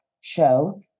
show